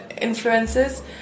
influences